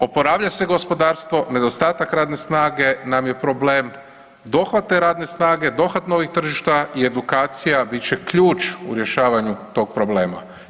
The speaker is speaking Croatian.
Oporavlja se gospodarstvo, nedostatak radne snage nam je problem, dohvat te radne snage, dohvat novih tržišta i edukacija bit će ključ u rješavanju tog problema.